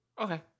Okay